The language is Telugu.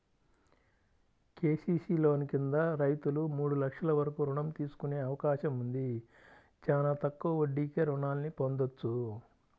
కేసీసీ లోన్ కింద రైతులు మూడు లక్షల వరకు రుణం తీసుకునే అవకాశం ఉంది, చానా తక్కువ వడ్డీకే రుణాల్ని పొందొచ్చు